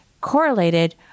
correlated